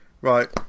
Right